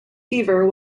fever